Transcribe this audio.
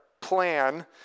plan